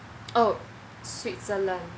oh switzerland